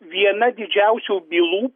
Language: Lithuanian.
viena didžiausių bylų